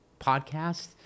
podcast